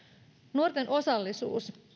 nuorten osallisuus